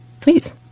Please